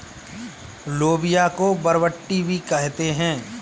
लोबिया को बरबट्टी भी कहते हैं